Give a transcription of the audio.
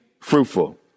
fruitful